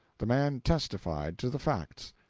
the man testified to the facts.